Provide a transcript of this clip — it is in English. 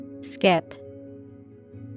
Skip